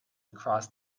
across